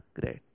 great